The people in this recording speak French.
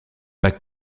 pas